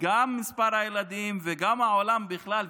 גם מספר הילדים וגם העולם בכלל,